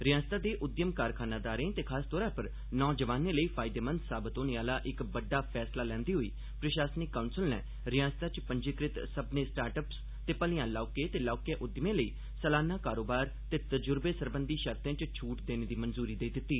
रिआसता दे उद्यम कारखानादारें ते खासतौर पर नौजवानें लेई फायदेमंद साबत होने आह्ला इक बड्डा फैसला लैंदे होई प्रशासनिक काउंसल नै रिआसता च पंजीकृत सब्मने स्टार्ट अप्स ते मलेआं लौह्के ते लौह्के उद्यमें लेई सलाना कारोबार ते तजुर्बे सरबंधी शर्ते च छूट देने दी मंजूरी देई दित्ती